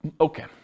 Okay